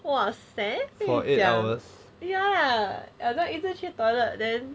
!wahseh! 跟你讲 ya 一直去 toilet then